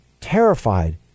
terrified